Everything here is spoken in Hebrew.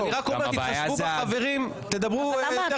אני רק אומר, תתחשבו בחברים ותדברו יותר בקצרה.